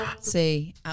see